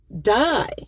die